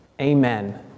amen